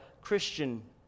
Christian